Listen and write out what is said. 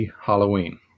Halloween